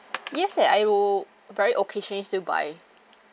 yes eh I will very occasionally still buy